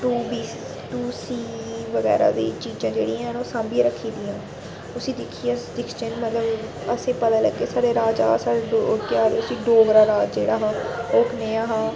to B to C बगैरा दी एह् चीज़ां जेह्ड़ियां न ओह् सांभियै रक्खी दियां न उसी दिक्खियै अस दिक्खचै मतलब असें पता लग्गै साढ़े राजा साढ़े डोगरा केह् आखदे उसी डोगरा राज जेह्ड़ा हा ओह् कनेहा हा